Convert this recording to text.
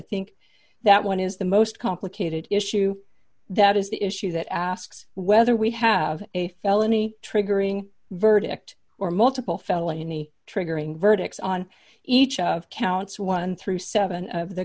think that one is the most complicated issue that is the issue that asks whether we have a felony triggering verdict or multiple felony triggering verdicts on each of counts one through seven of the